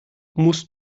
musst